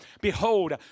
behold